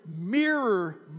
mirror